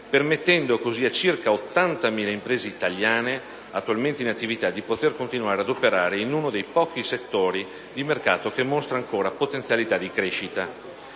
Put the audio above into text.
permettendo così a circa 80.000 imprese italiane attualmente in attività di poter continuare ad operare in uno dei pochi settori di mercato che mostra ancora potenzialità di crescita.